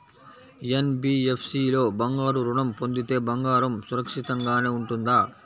NBFC లో బంగారు ఋణం పొందితే బంగారం సురక్షితంగానే ఉంటుందా?